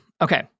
Okay